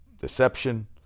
Deception